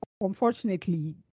unfortunately